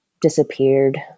disappeared